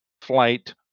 flight